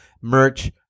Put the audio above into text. Merch